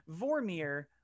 Vormir